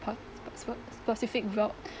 path spe~ specific road